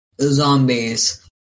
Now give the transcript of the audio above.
zombies